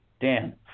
Dan